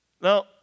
Now